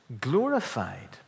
glorified